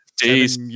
Days